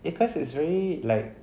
because it's very like